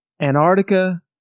Antarctica